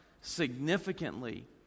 significantly